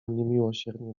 niemiłosiernie